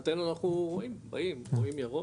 לשמחתנו אנחנו רואים, באים רואים ירוק,